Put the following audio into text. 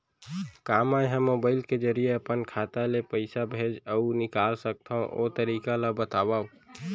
का मै ह मोबाइल के जरिए अपन खाता ले पइसा भेज अऊ निकाल सकथों, ओ तरीका ला बतावव?